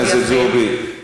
חברת הכנסת זועבי, בבקשה.